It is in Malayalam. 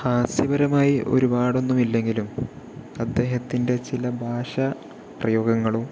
അതിൽ ഹാസ്യപരമായി ഒരുപാടൊന്നും ഇല്ലെങ്കിലും അദ്ദേഹത്തിൻ്റെ ചില ഭാഷാ പ്രയോഗങ്ങളും